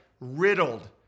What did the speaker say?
riddled